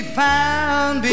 found